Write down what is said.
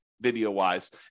video-wise